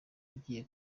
agiye